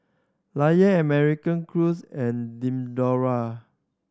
Lion American Crews and Diadora